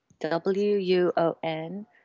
w-u-o-n